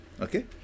Okay